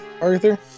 Arthur